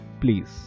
Please